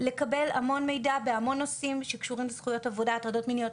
לקבל המון מידע בהמון נושאים שקשורים לזכויות עבודה הטרדות מיניות,